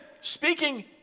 speaking